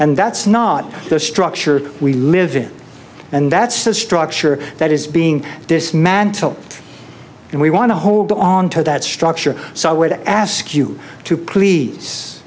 and that's not the structure we live in and that's the structure that is being dismantled and we want to hold on to that structure so i would ask you to please